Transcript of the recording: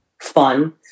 fun